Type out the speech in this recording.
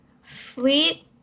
sleep